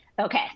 Okay